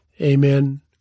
Amen